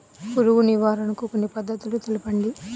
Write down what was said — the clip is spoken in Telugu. పురుగు నివారణకు కొన్ని పద్ధతులు తెలుపండి?